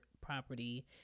property